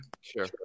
Sure